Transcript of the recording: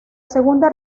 segunda